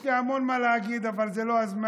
יש לי המון מה להגיד, אבל זה לא הזמן.